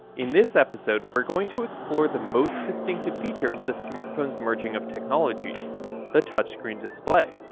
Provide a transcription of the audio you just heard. in this episode we're going to explore the most distinctive feature of the smartphone's merging of technologies the touchscreen display.